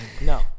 No